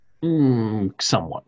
Somewhat